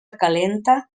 calenta